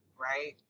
right